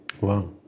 Wow